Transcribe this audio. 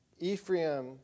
Ephraim